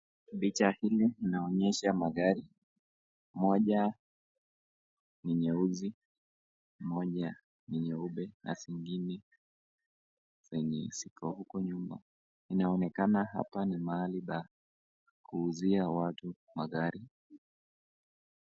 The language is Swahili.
Picha hili linaonyesha magari. Moja ni nyeusi, moja ni nyeupe na zingine zenye ziko huko nyuma. Inaonekana hapa ni mahali pa kuuzia watu magari.